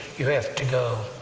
you have to go!